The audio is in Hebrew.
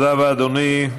תודה רבה, אדוני.